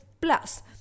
plus